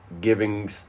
giving